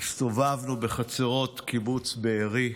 הסתובבנו בחצרות קיבוץ בארי,